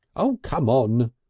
oh, come on!